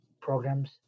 programs